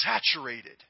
saturated